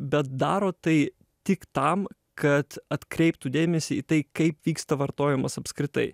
bet daro tai tik tam kad atkreiptų dėmesį į tai kaip vyksta vartojimas apskritai